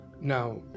now